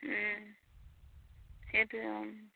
সেইটোৱে অ